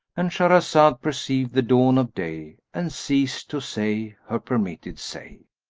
and shahrazad perceived the dawn of day and ceased to say her permitted say.